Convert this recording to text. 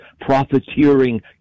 profiteering